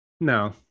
No